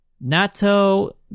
Nato